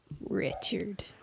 richard